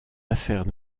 affaires